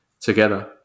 together